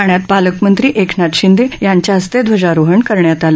ठाण्यात पालकमंत्री एकनाथ शिंदे यांच्या हस्ते ध्वजारोहण झालं